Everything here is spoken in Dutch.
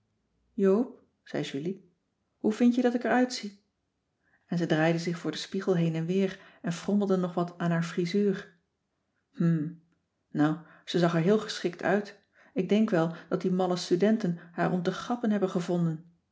joop zei julie hoe vind je dat ik er uitzie en ze draaide zich voor den spiegel heen en weer en frommelde nog wat aan haar frisuur hm nou ze zag er heel geschikt uit ik denk wel dat die malle studenten haar om te gappen hebben gevonden